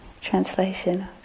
translation